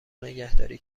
نگهداری